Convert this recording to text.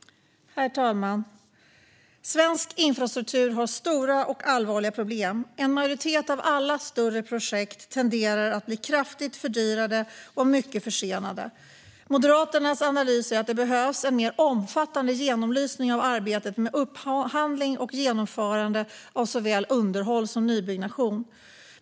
Herr talman! Svensk infrastruktur har stora och allvarliga problem. En majoritet av alla större projekt tenderar att bli kraftigt fördyrade och mycket försenade. Moderaternas analys är att det behövs en mer omfattande genomlysning av arbetet med upphandling och genomförande av såväl underhåll som nybyggnation.